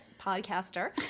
Podcaster